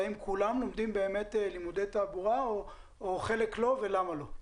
האם כולם לומדים באמת לימודי תעבורה או חלק לא ולמה לא?